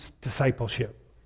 discipleship